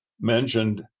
mentioned